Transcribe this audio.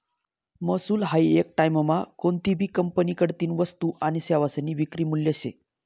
महसूल हायी येक टाईममा कोनतीभी कंपनीकडतीन वस्तू आनी सेवासनी विक्री मूल्य शे